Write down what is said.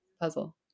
puzzle